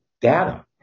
data